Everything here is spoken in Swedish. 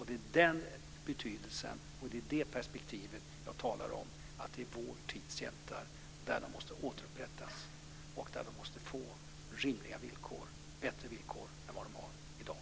Det är i den betydelsen och i det perspektivet som jag talar om att detta är vår tids hjältar, att de måste återupprättas och att de måste få rimliga villkor, bättre villkor än de har i dag.